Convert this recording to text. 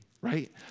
right